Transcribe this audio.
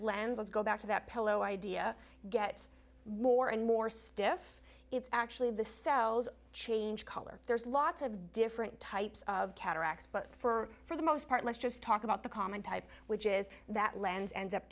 lens let's go back to that pillow idea gets more and more stiff it's actually the cells change color there's lots of different types of cataracts but for for the most part let's just talk about the common type which is that lands end up